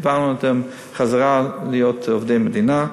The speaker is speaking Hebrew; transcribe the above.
העברנו אותם חזרה להיות עובדי מדינה.